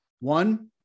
one